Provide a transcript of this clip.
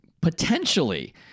Potentially